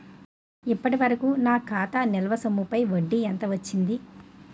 ఇప్పటి వరకూ నా ఖాతా నిల్వ సొమ్ముపై వడ్డీ ఎంత వచ్చింది?